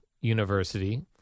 University